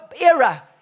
era